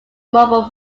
mobile